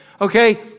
Okay